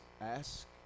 ask